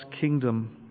kingdom